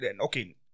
okay